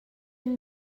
and